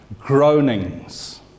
groanings